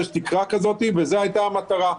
יש תקרה כזאת וזו הייתה המטרה.